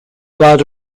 bad